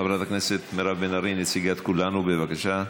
חברת הכנסת מירב בן ארי, נציגת כולנו, בבקשה.